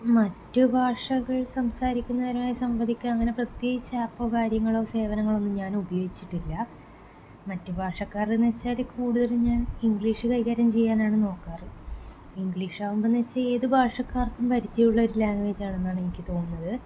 മറ്റ് ഭാഷകൾ സംസാരിക്കുന്നവരുമായി സംവദിക്കുക അങ്ങനെ പ്രത്യേകിച്ച് ആപ്പോ കാര്യങ്ങളോ സേവനങ്ങളൊന്നും ഞാൻ ഉപയോഗിച്ചിട്ടില്ല മറ്റ് ഭാഷക്കാരോടെന്ന് വച്ചാല് കൂടുതലും ഞാൻ ഇംഗ്ലീഷ് കൈകാര്യം ചെയ്യാനാണ് നോക്കാറ് ഇംഗ്ലീഷാകുമ്പോന്ന് വെച്ചാൽ ഏത് ഭാഷക്കാർക്കും പരിചയമുള്ളൊരു ലാംഗ്വേജ് ആണെന്നാണ് എനിക്ക് തോന്നുന്നത്